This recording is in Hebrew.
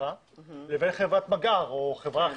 לבין חברת מגער או חברה אחרת.